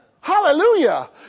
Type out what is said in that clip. Hallelujah